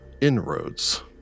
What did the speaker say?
inroads